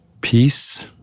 Peace